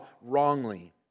wrongly